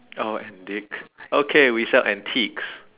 orh and dig okay we sell antiques